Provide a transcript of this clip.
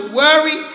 worry